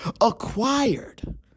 acquired